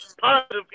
positive